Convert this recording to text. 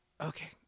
okay